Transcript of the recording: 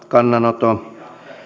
kannanoton